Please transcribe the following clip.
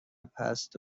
پَست